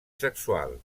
sexual